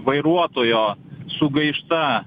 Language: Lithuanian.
vairuotojo sugaišta